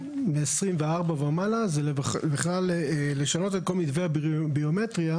זה בכלל לשנות את כל מתווה הביומטריה